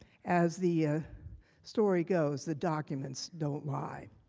as the story goes, the documents don't lie.